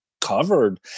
covered